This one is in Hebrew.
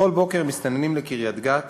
בכל בוקר מסתננים לקריית-גת